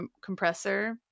compressor